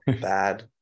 bad